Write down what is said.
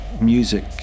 music